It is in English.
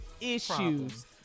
issues